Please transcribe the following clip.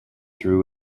through